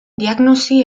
diagnosi